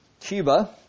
Cuba